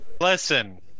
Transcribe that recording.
Listen